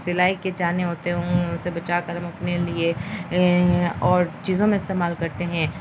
سلائی کے جانے ہوتے ہوں انے بچا کر ہم اپنے لیے اور چیزوں میں استعمال کرتے ہیں